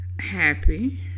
happy